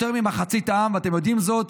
של יותר ממחצית העם, ואתם יודעים זאת.